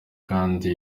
kandi